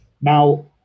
Now